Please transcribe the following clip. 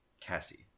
Cassie